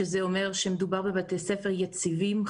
שזה אומר שמדובר בבתי ספר יציבים,